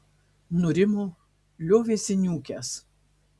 nurimo liovėsi niūkęs